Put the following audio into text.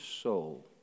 soul